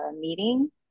meeting